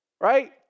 right